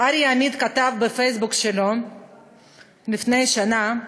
אריה עמית, כתב בפייסבוק שלו לפני שנה: